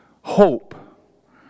hope